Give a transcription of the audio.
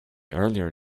earlier